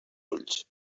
ulls